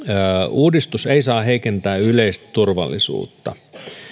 uudistus ei saa heikentää yleistä turvallisuutta